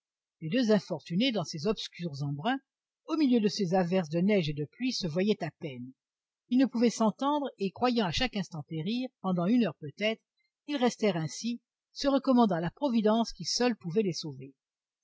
les deux infortunés dans ces obscurs embruns au milieu de ces averses de neige et de pluie se voyaient à peine ils ne pouvaient s'entendre et croyant à chaque instant périr pendant une heure peut-être ils restèrent ainsi se recommandant à la providence qui seule les pouvait sauver